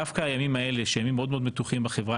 דווקא הימים האלה שהם ימים מאוד מאוד מתוחים בחברה